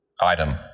item